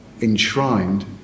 enshrined